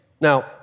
Now